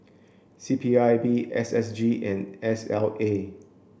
C P I B S S G and S L A